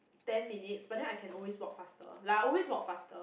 ten minutes but then I can always walk faster like I always walk faster